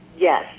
Yes